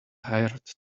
hired